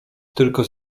tylko